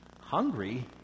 Hungry